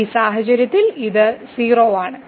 ഈ സാഹചര്യത്തിൽ ഇത് 0 ആണ്